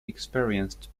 experienced